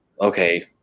Okay